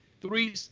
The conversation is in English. three